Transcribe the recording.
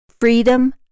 Freedom